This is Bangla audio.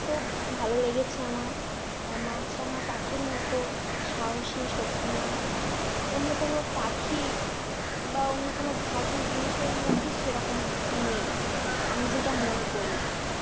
খুব ভালো লেগেছে আমার আর মাছরাঙা পাখির মতো সাহসী শক্তিমান অন্য কোনো পাখি বা অন্য কোনো ধাতু জিনিসের মধ্যে সেরকম নেই আমি যেটা মনে করি